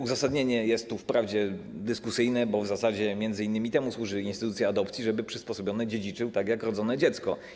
Uzasadnienie jest tu wprawdzie dyskusyjne, bo w zasadzie m.in. temu służy instytucja adopcji, żeby przysposobiony dziedziczył tak jak rodzone dziecko.